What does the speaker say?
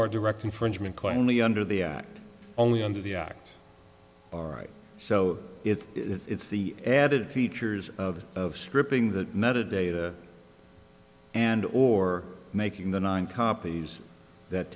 our direct infringement quietly under the act only under the act all right so it's it's the added features of of stripping that netted data and or making the nine copies that